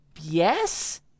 yes